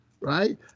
right